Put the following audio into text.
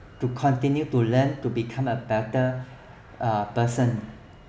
to continue to learn to become a better better uh person